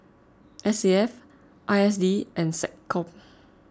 S A F I S D and SecCom